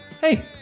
Hey